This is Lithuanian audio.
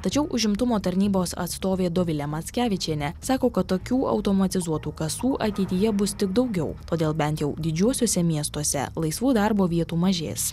tačiau užimtumo tarnybos atstovė dovilė mackevičienė sako kad tokių automatizuotų kasų ateityje bus tik daugiau todėl bent jau didžiuosiuose miestuose laisvų darbo vietų mažės